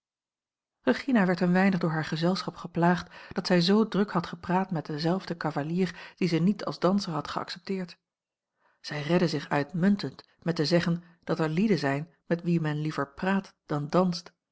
regina werd een weinig door haar gezelschap geplaagd dat zij zoo druk had gepraat met denzelfden cavalier dien ze niet als danser had geaccepteerd zij redde zich uitmuntend met te zeggen dat er lieden zijn met wie men liever praat dan danst